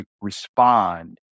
respond